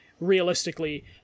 realistically